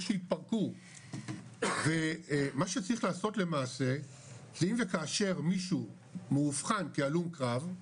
שהתפרקו ומה שצריך לעשות למעשה זה אם וכאשר מישהו מובחן כהלום קרב,